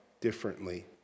differently